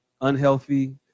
unhealthy